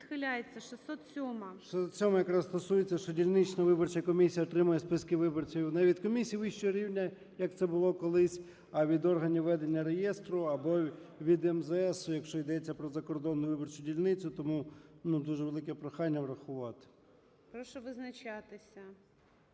607-а якраз стосується, що дільнична виборча комісія отримує списки виборців не від комісії вищого рівня, як це було колись, а від органів ведення реєстру або від МЗС, якщо йдеться про закордонну виборчу дільницю. Тому дуже велике прохання врахувати. ГОЛОВУЮЧИЙ. Прошу визначатися.